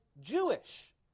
Jewish